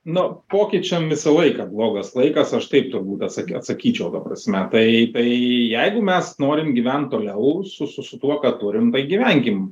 nu pokyčiam visą laiką blogas laikas aš taip turbūt atsak atsakyčiau ta prasme tai tai jeigu mes norim gyvent toliau su su su tuo kad turim tai gyvenkim